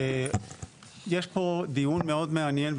יש פה דיון מאוד מעניין,